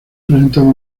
presentaba